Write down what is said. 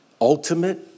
Ultimate